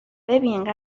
ببین